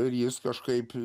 ir jis kažkaip